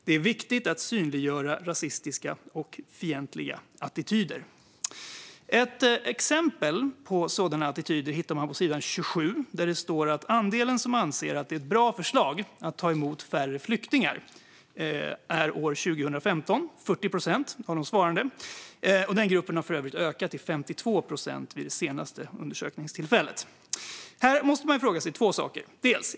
Det är viktigt att synliggöra rasistiska och fientliga attityder." Ett exempel på sådana attityder hittar man på sidan 27. Där står att år 2015 låg andelen som ansåg att det var ett bra förslag att ta emot färre flyktingar på 40 procent. Den gruppen hade för övrigt ökat till 52 procent vid senaste undersökningstillfället. Här måste man fråga sig två saker.